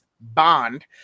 bond